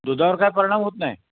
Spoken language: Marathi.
दुधावर काय परिणाम होत नाही